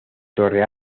torre